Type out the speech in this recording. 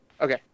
Okay